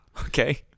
okay